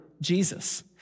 Jesus